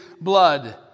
blood